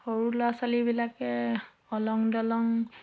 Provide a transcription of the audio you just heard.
সৰু ল'ৰা ছোৱালীবিলাকে অলং দলং